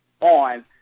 on